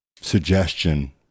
suggestion